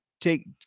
take